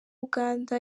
uganda